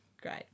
great